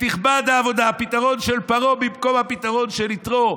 "תכבד העבדה" הפתרון של פרעה במקום הפתרון של יתרו.